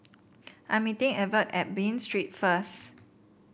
I'm meeting Evert at Bain Street first